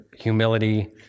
humility